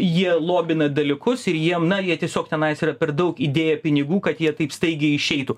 jie lobina dalykus ir jiem na jie tiesiog tenais yra per daug idėję pinigų kad jie taip staigiai išeitų